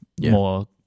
more